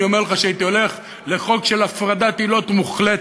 אני אומר לך שהייתי הולך לחוק של הפרדת עילות מוחלטת.